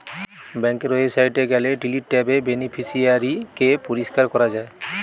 বেংকের ওয়েবসাইটে গেলে ডিলিট ট্যাবে বেনিফিশিয়ারি কে পরিষ্কার করা যায়